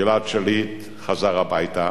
גלעד שליט חזר הביתה,